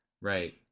Right